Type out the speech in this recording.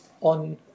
on